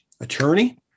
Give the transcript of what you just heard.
attorney